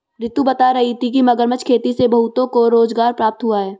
रितु बता रही थी कि मगरमच्छ खेती से बहुतों को रोजगार प्राप्त हुआ है